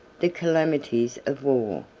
the calamities of war.